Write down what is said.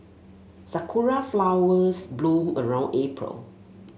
sakura flowers bloom around April